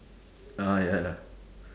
ah ya ya